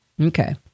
Okay